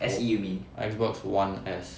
我 Xbox one S